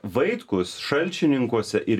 vaitkus šalčininkuose ir